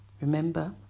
Remember